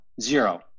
zero